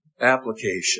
application